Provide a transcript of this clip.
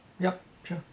yup sure